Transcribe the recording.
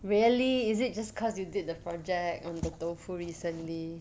really is it just because you did the project on the tofu recently